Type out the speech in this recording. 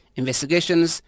investigations